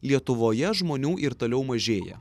lietuvoje žmonių ir toliau mažėja